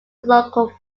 local